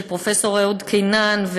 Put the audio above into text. של פרופסור אהוד קינן,